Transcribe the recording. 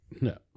No